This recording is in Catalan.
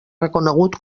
reconegut